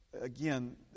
again